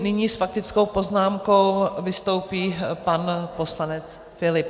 Nyní s faktickou poznámkou vystoupí pan poslanec Philipp.